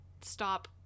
stop